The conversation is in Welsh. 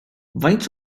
faint